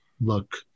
look